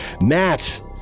Matt